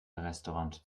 restaurant